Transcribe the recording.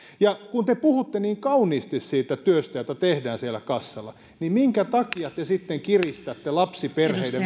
kun te puhutte niin kauniisti siitä työstä jota tehdään siellä kassalla niin minkä takia te sitten kiristätte lapsiperheiden